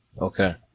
Okay